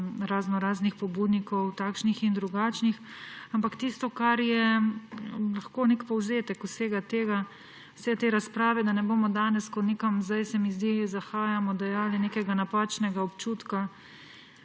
raznoraznih pobudnikov, takšnih in drugačnih. Ampak tisto, kar je lahko nek povzetek vsega tega, vse te razprave, da ne bomo danes, ko se mi zdi, da nekam sedaj zahajamo, dajali nekega napačnega občutka,